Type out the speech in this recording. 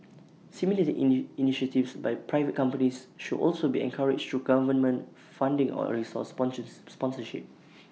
similar initiatives by private companies should also be encouraged through government funding or resource sponsors sponsorship